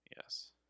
Yes